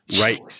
right